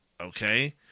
okay